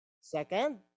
Second